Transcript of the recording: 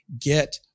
get